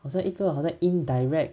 好像一个好像 indirect